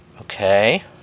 Okay